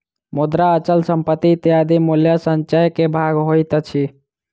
मुद्रा, अचल संपत्ति इत्यादि मूल्य संचय के भाग होइत अछि